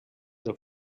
del